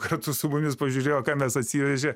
kartu su mumis pažiūrėjo ką mes atsivežė